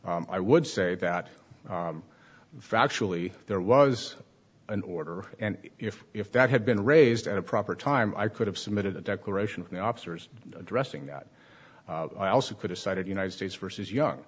i would say that factually there was an order and if if that had been raised at a proper time i could have submitted a declaration of the officers addressing that i also put aside united states versus young